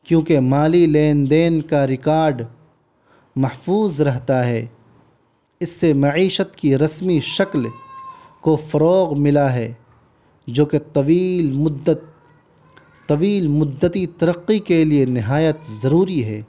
کیونکہ مالی لین دین کا ریکارڈ محفوظ رہتا ہے اس سے معیشت کی رسمی شکل کو فروغ ملا ہے جو کہ طویل مدت طویل مدتی ترقی کے لیے نہایت ضروری ہے